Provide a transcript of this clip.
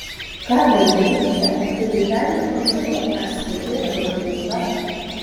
ką darydavote kai vaikeliui pūsdavo ar skaudėdavo pilvą